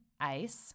ice